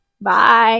Bye